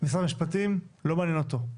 משרד המשפטים לא מעניין אותו.